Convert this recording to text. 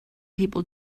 people